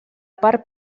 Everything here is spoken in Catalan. part